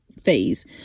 phase